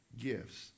gifts